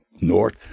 north